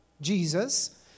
Jesus